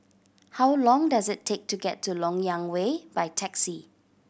how long does it take to get to Lok Yang Way by taxi